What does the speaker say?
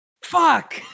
Fuck